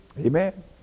Amen